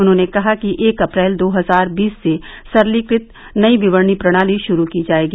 उन्होंने कहा कि एक अप्रैल दो हजार बीस से सरलीकृत नई विवरणी प्रणाली श्रू की जाएगी